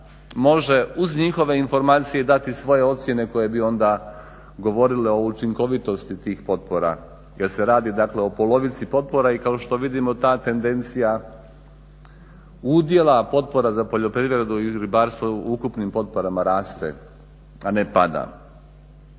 može uz njihove informacije dati svoje ocijene koje bi onda govorile o učinkovitosti tih potpora jer se radi dakle o polovici potpora i kao što vidimo ta tendencija udjela potpora za poljoprivredu i ribarstvo u ukupnim potporama raste a ne pada.